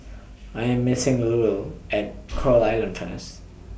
I'm meeting Louella At Coral Island First